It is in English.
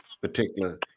particular